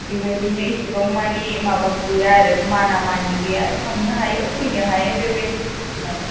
बेबायदिनो एसेबां माने माबा गैया आरो माना माने गैया थांनो हायो फैनो हायो बेबायदि सिस्थेम आरो